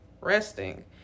resting